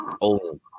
old